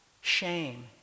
shame